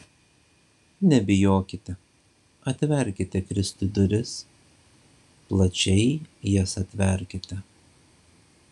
nebijokite atverkite kristui duris plačiai jas atverkite